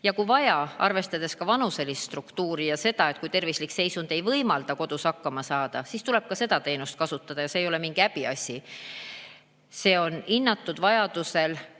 Kui vaja, arvestades vanuselist struktuuri ja seda, kui tervislik seisund ei võimalda kodus hakkama saada, siis tuleb ka seda teenust kasutada, ja see ei ole mingi häbiasi. Hinnatud vajaduse